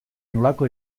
nolako